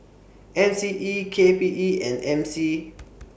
M C E K P E and M C